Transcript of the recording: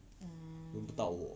mm